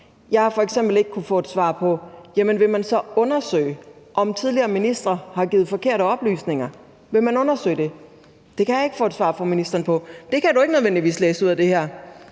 Jeg har f.eks. ikke kunnet få et svar på, om man så vil undersøge, om tidligere ministre har givet forkerte oplysninger. Vil man undersøge det? Det kan jeg ikke få et svar fra ministeren på. Det kan du ikke nødvendigvis læse ud af det her.